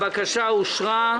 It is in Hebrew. הבקשה אושרה.